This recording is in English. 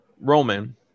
Roman